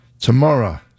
Tomorrow